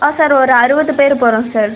ஆ sir ஒரு அறுபது பேர் போகிறோம் சார்